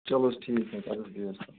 چلو حظ ٹھیک حظ ادٕ حظ بیٚہو حظ